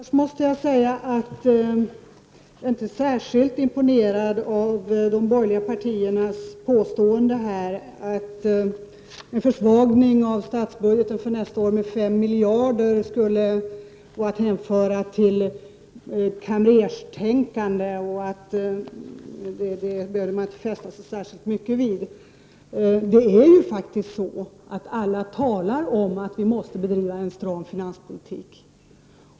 Herr talman! Jag är inte särskilt imponerad av de borgerliga partiernas påstående om att en försvagning av statsbudgeten för nästa år med 5 miljarder skulle vara att hänföra till kamrerstänkande. Detta behöver man inte fästa sig speciellt mycket vid. Alla talar ju om att vi måste bedriva en stram finanspolitik.